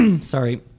sorry